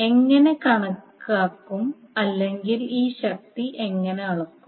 എങ്ങനെ കണക്കാക്കും അല്ലെങ്കിൽ ഈ ശക്തി എങ്ങനെ അളക്കും